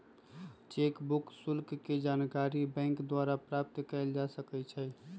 cheque book शुल्क के जानकारी बैंक द्वारा प्राप्त कयल जा सकइ छइ